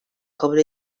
kabul